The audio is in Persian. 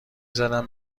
زدم